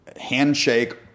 handshake